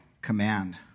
command